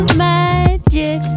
magic